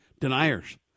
deniers